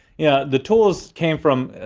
yeah, the tools came from,